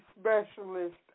specialist